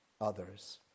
others